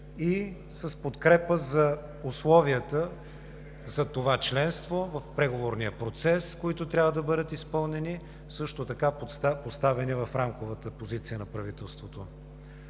и с подкрепа за условията за това членство в преговорния процес, които трябва да бъдат изпълнени, а също така поставени в Рамковата позиция на правителството.